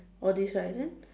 all this right then